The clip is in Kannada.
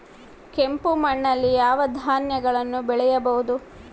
ಕೆಂಪು ಮಣ್ಣಲ್ಲಿ ಯಾವ ಧಾನ್ಯಗಳನ್ನು ಬೆಳೆಯಬಹುದು?